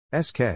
SK